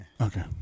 Okay